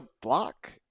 block